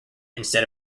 instead